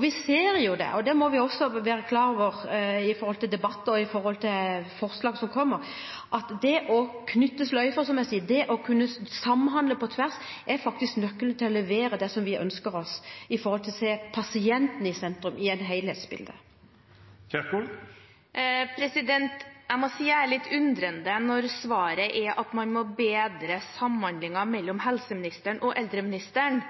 Vi ser – og dette må vi også være klar over når det gjelder debatter og forslag som kommer – at det å knytte sløyfer, som jeg sier, og det å kunne samhandle på tvers, faktisk er nøkkelen til å kunne levere det som vi ønsker oss, når det gjelder å sette pasienten i sentrum i et helhetsbilde. Jeg blir litt undrende når svaret er at man må bedre samhandlingen mellom helseministeren og eldreministeren.